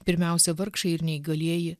pirmiausia vargšai ir neįgalieji